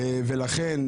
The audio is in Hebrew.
לכן,